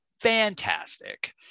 fantastic